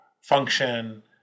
function